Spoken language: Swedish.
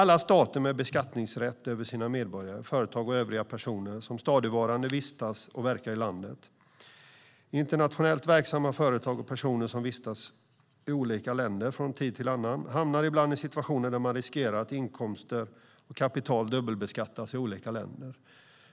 Alla stater med beskattningsrätt över sina medborgare, företag och övriga personer som stadigvarande vistas och verkar i landet samt internationellt verksamma företag och personer som från tid till annan vistas i olika länder hamnar ibland i situationer där de riskerar att inkomster och kapital dubbelbeskattas i olika länder.